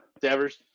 Devers